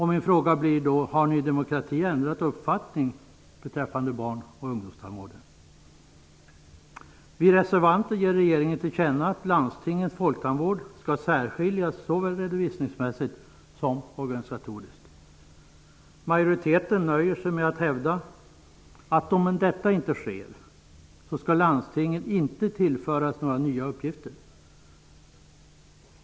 Min fråga blir då: Har Vi reservanter vill ge regeringen till känna att landstingens folktandvård skall särskiljas såväl redovisningsmässigt som organisatoriskt. Majoriteten nöjer sig med att hävda att om detta inte sker, skall landstingen inte tillföras några nya uppgifter.